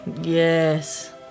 Yes